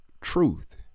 truth